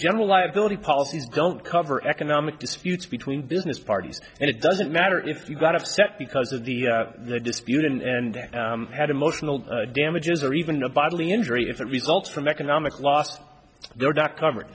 general liability policies don't cover economic disputes between business parties and it doesn't matter if you got upset because of the dispute in and had emotional damages or even a bodily injury if it results from economic lost their dock cover